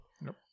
Nope